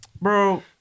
bro